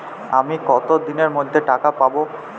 আমি কতদিনের মধ্যে টাকা পাবো?